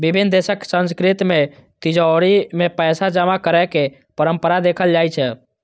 विभिन्न देशक संस्कृति मे तिजौरी मे पैसा जमा करै के परंपरा देखल जाइ छै